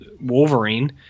Wolverine